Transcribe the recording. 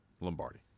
Lombardi